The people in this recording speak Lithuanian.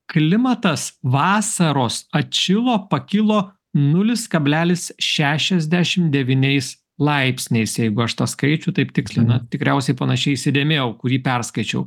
klimatas vasaros atšilo pakilo nulis kablelis šešiasdešim devyniais laipsniais jeigu aš tą skaičių taip tiksliai na tikriausiai panašiai įsidėmėjau kurį perskaičiau